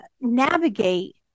navigate